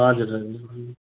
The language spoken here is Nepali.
हजुर हजुर